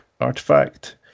Artifact